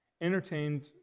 entertained